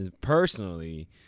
Personally